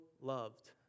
loved